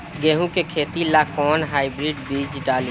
गेहूं के खेती ला कोवन हाइब्रिड बीज डाली?